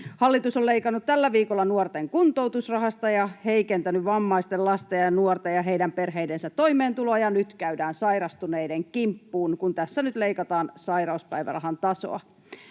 Hallitus on leikannut tällä viikolla nuorten kuntoutusrahasta ja heikentänyt vammaisten lasten ja nuorten ja heidän perheidensä toimeentuloa, ja nyt käydään sairastuneiden kimppuun, kun tässä nyt leikataan sairauspäivärahan tasoa.